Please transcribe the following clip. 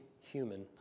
human